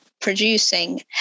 producing